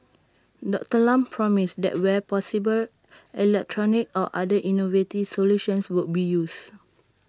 Doctor Lam promised that where possible electronic or other innovative solutions would be used